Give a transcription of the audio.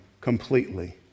completely